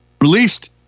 Released